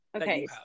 Okay